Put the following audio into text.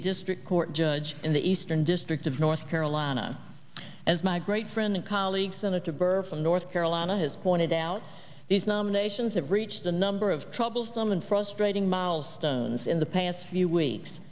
a district court judge in the eastern district of north carolina as my great friend and colleague senator burr from north carolina has pointed out these nominations have reached the number of troublesome and frustrating milestones in the past few weeks